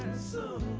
so